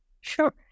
sure